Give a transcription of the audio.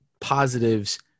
positives